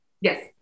yes